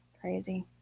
Crazy